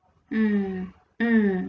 mm mm